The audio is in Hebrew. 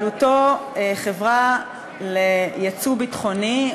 שבבעלותו חברה לייצוא ביטחוני,